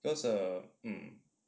cause um